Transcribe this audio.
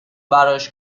براش